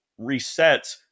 resets